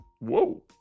Whoa